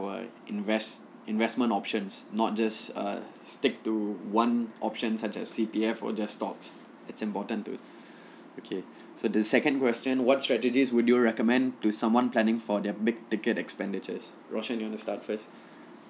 our invest investment options not just err stick to one option such as C_P_F or just stocks it's important to okay so the second question what strategies would you recommend to someone planning for their big ticket expenditures rocient you want to start first